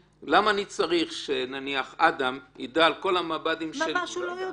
למה אני צריך שאדם נניח ידע על כל המב"דים --- ממש הוא לא יודע.